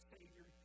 Savior